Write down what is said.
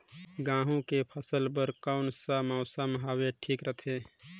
गहूं के फसल बर कौन सा मौसम हवे ठीक रथे?